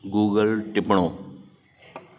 Google टिपणो